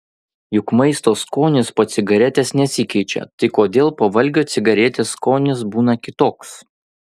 juk maisto skonis po cigaretės nesikeičia tai kodėl po valgio cigaretės skonis būna kitoks